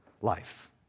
life